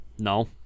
No